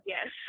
Yes